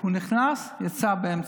הוא נכנס, יצא באמצע.